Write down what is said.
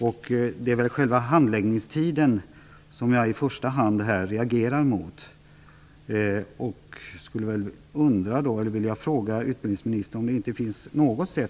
Och det är själva handläggningstiden som jag i första hand reagerar mot.